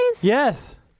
Yes